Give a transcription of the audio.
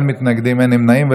אין מתנגדים ואין נמנעים,